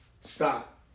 Stop